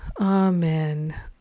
Amen